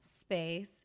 space